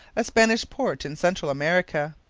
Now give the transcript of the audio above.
a spanish port in central america.